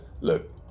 Look